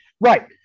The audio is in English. right